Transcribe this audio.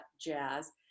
jazz